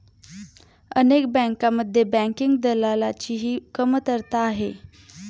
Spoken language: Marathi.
अनेक बँकांमध्ये बँकिंग दलालाची ही कमतरता आहे